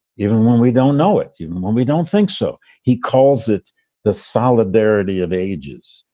even when we don't know it. even when we don't think so. he calls it the solidarity of ages.